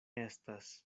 estas